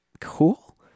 cool